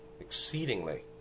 exceedingly